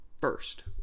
first